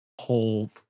whole